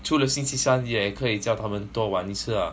除了星期三也可以叫他们多玩一次 ah